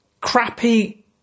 crappy